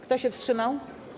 Kto się wstrzymał?